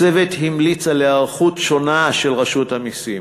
הצוות המליץ על היערכות שונה של רשות המסים: